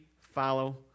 follow